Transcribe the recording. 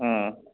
ꯎꯝ